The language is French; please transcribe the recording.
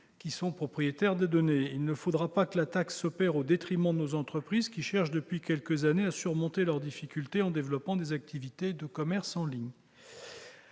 qui sont propriétaires des données. Il ne faudrait pas que la taxe soit mise en oeuvre au détriment de nos entreprises, qui cherchent depuis quelques années à surmonter leurs difficultés en développant des activités de commerce en ligne.